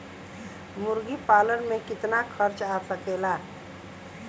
मुर्गी पालन में कितना खर्च आ सकेला?